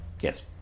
Yes